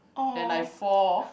then I fall